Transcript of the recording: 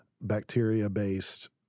bacteria-based